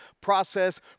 process